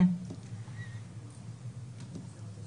(מס' 2), התשפ"א-2021 יימחקו.